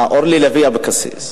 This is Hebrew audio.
אה, אורלי לוי אבקסיס.